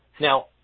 Now